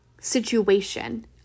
situation